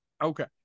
okay